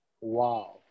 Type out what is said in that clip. Wow